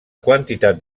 quantitat